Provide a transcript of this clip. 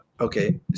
Okay